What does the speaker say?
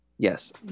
Yes